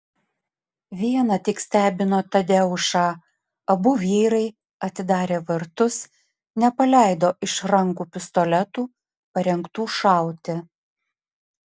viena tik stebino tadeušą abu vyrai atidarę vartus nepaleido iš rankų pistoletų parengtų šauti